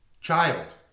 Child